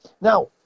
now